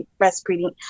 breastfeeding